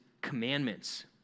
commandments